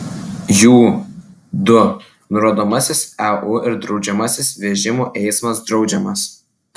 jų du nurodomasis eu ir draudžiamasis vežimų eismas draudžiamas